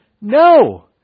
No